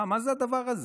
מה זה הדבר הזה?